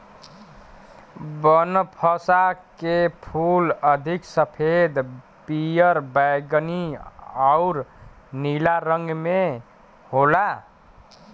बनफशा के फूल अधिक सफ़ेद, पियर, बैगनी आउर नीला रंग में होला